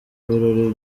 birori